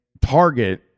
target